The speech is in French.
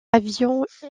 avions